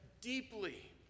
deeply